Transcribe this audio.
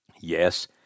Yes